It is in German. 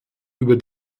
über